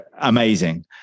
amazing